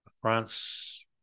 France